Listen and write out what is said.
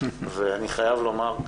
ואני חייב לומר,